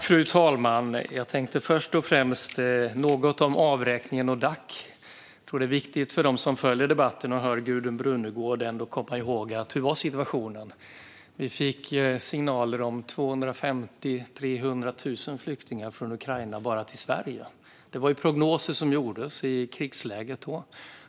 Fru talman! Jag tänkte först och främst säga något om avräkningen och Dac. Jag tror att det är viktigt för dem som följer debatten och hör Gudrun Brunegård att ändå komma ihåg hur situationen såg ut. Vi fick signaler om 250 000-300 000 flyktingar från Ukraina bara till Sverige. Det var prognoser som gjordes utifrån krigsläget då.